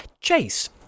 Chase